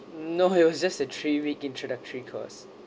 no it was just a three week introductory course